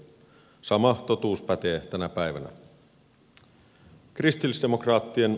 sama totuus pätee tänä päivänä